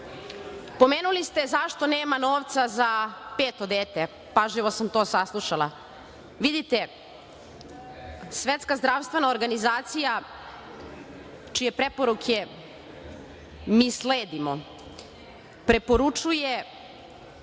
pomenuli ste zašto nema novca za peto dete. Pažljivo sam to saslušala. Vidite, Svetska zdravstvena organizacija čije preporuke mi sledimo preporučuje